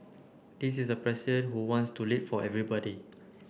this is a president who wants to lead for everybody